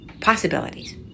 possibilities